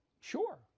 Sure